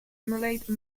emulate